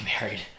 married